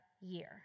year